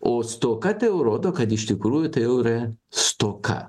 o stoka tai jau rodo kad iš tikrųjų tai jau yra stoka